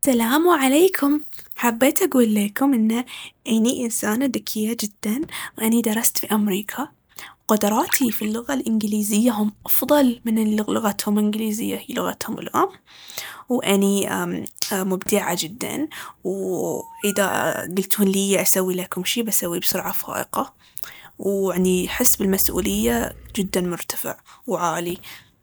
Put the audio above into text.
سلام عليكم، حبيت أقول ليكم ان أني إنسانة ذكية جداً، وأني درست في أمريكا. قدراتي في اللغة الإنجليزية هم أفضل من اللي لغتهم الإنجليزية هي لغتهم الأم. وأني أمم أ- مبدعة جداً. وإذا قلتون ليي أسوي لكم شي بسويه بسرعة فائقة. وعندي حس بالمسؤولية جداً مرتفع وعالي.